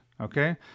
okay